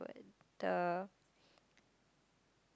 the